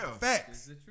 facts